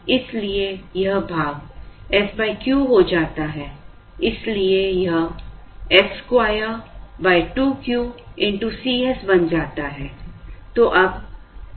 इसलिए यह भाग s Q हो जाता है इसलिए यह s2 2 Q Cs बन जाता है